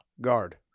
guard